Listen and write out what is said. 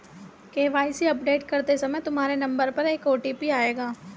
KYC update करते समय तुम्हारे नंबर पर एक ओ.टी.पी आएगा